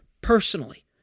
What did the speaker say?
personally